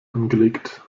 angelegt